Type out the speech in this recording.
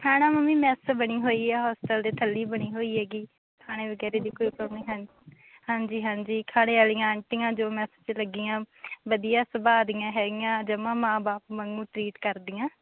ਹੈ ਨਾ mummy mess ਬਣੀ ਹੋਈ ਆ ਹੋਸਟਲ ਦੇ ਥੱਲੇ ਬਣੀ ਹੋਈ ਹੈਗੀ ਖਾਣੇ ਵਗੈਰੇ ਦੀ ਕੋਈ ਪ੍ਰੋਬਲਮ ਨਹੀਂ ਹੈ ਹਾਂਜੀ ਹਾਂਜੀ ਖਾਣੇ ਵਾਲੀਆਂ ਆਂਟੀਆਂ ਜੋ ਮੈੱਸ 'ਚ ਲੱਗੀਆਂ ਵਧੀਆ ਸੁਭਾਅ ਦੀਆਂ ਹੈਗੀਆਂ ਜਮਾ ਮਾਂ ਬਾਪ ਵਾਂਗੂ ਟਰੀਟ ਕਰਦੀਆਂ